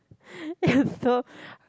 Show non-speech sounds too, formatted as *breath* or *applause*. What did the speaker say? *breath* you so